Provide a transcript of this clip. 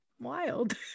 wild